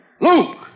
Luke